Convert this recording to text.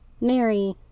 Mary